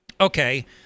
okay